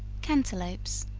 cantelopes,